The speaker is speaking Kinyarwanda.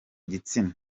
gitsina